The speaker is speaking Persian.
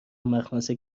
مخمصه